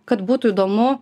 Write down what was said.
kad būtų įdomu